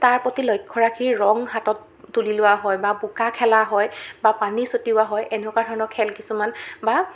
তাৰ প্ৰতি লক্ষ্য ৰাখি ৰং হাতত তুলি লোৱা হয় বা বোকা খেলা হয় বা পানী ছটিওৱা হয় এনেকুৱা ধৰণৰ খেল কিছুমান বা